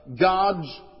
God's